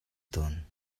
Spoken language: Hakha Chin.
tawn